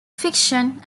fiction